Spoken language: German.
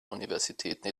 universitäten